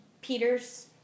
Peter's